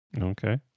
Okay